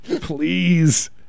please